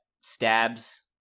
stabs